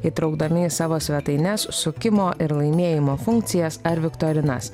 įtraukdami į savo svetaines sukimo ir laimėjimo funkcijas ar viktorinas